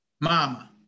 Mama